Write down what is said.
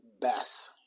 best